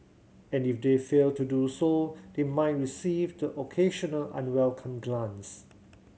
and if they fail to do so they might receive the occasional unwelcome glance